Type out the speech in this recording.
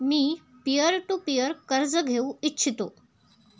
me peer to peer कर्ज घेऊ इच्छितो